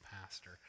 pastor